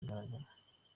ahagaragara